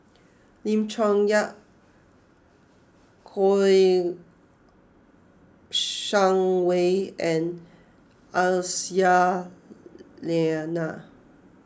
Lim Chong Yah Kouo Shang Wei and Aisyah Lyana